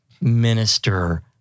minister